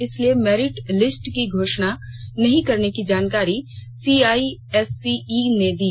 इसलिए merit list की घोषणा नहीं करने की जानकारी सीआईएससीई ने दी